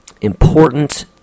important